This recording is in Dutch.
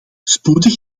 spoedig